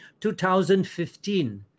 2015